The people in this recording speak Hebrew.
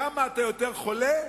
ככל שאתה יותר חולה,